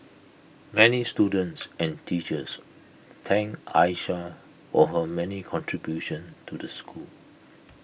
many students and teachers thanked Aisha for her many contributions to the school